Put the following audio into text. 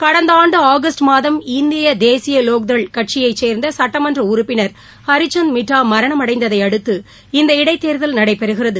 கடந்த ஆண்டு ஆகஸ்ட் மாதம் இந்திய தேசிய லோக்தள் கட்சியை சோ்ந்த சுட்டமன்ற உறுப்பினர் ஹரிசந்த் மிட்டா மரணமடைந்ததையடுத்து இந்த இடைத்தேர்தல் நடைபெறுகிறது